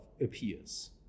appears